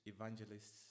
evangelists